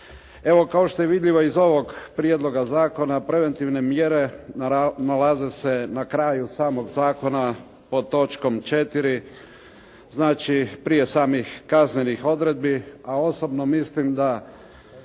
Evo, kao što je vidljivo iz ovog prijedloga zakona preventivne mjere nalaze se na kraju samog zakona pod točkom 4., znači prije samih kaznenih odredbi, a osobno mislim da